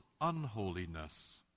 unholiness